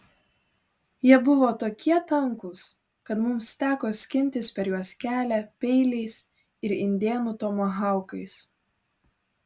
jie buvo tokie tankūs kad mums teko skintis per juos kelią peiliais ir indėnų tomahaukais